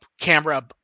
camera